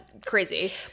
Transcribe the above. crazy